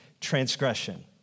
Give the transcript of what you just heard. transgression